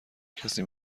کسی